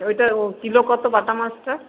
ওইটা কিলো কতো বাটা মাছটার